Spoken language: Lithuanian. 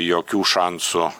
jokių šansų